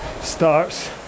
starts